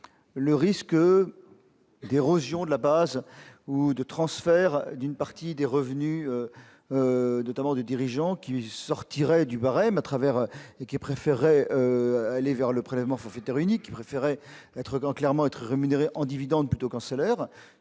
le risque d'érosion de la base ou de transfert d'une partie des revenus, notamment de dirigeants qui sortiraient du barème et préféreraient aller vers le prélèvement forfaitaire unique, privilégiant le paiement en dividendes plutôt qu'en salaires.